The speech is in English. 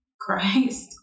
Christ